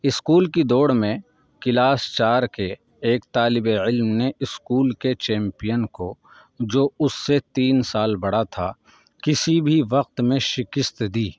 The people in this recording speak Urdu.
اسکول کی دوڑ میں کلاس چار کے ایک طالب علم نے اسکول کے چیمپئن کو جو اس سے تین سال بڑا تھا کسی وقت بھی وقت میں شکست دی